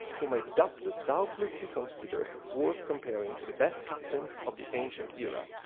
whom i doubtlessly doubtlessly consider worth comparing to the best captains of the ancient era.